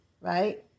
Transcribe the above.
right